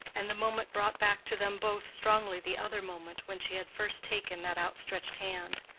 and the moment brought back to them both strongly the other moment when she had first taken that outstretched hand.